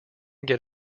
get